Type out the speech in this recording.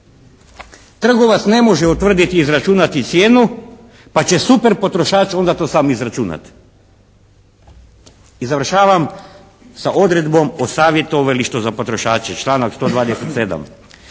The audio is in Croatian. Trgovac ne može utvrditi i izračunati cijenu pa će super potrošač to sam izračunati. I završavam sa odredbom o savjetovalištu za potrošače, članak 127.